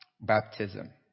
baptism